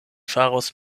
faros